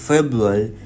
February